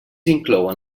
inclouen